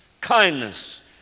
kindness